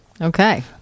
Okay